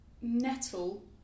nettle